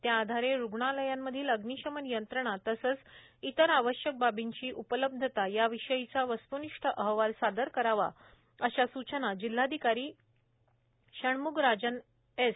त्याआधारे रुग्णालयांमधील अग्निशमन यंत्रणा तसेच इतर आवश्यक बाबींची उपलब्धता याविषयीचा वस्तूनिष्ठ अहवाल सादर करावा अशा सूचना जिल्हाधिकारी षण्मुगराजन एस